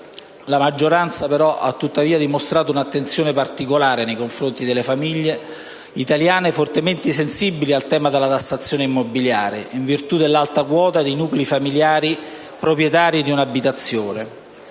la maggioranza ha tuttavia dimostrato un'attenzione particolare nei confronti delle famiglie italiane fortemente sensibili al tema della tassazione immobiliare in virtù dell'alta quota di nuclei familiari proprietari di un'abitazione.